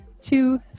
two